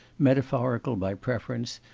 metaphorical by preference,